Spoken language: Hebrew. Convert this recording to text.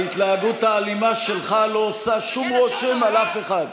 ההתנהגות האלימה שלך לא עושה שום רושם על אף אחד.